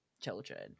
children